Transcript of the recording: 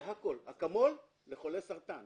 זה בפירוש אקמול לחולי סרטן